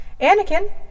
Anakin